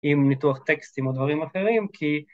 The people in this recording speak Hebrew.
עם ניתוח טקסטים או דברים אחרים, כי